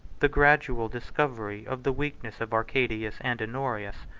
the gradual discovery of the weakness of arcadius and honorius,